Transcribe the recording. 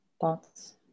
thoughts